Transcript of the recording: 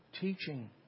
teaching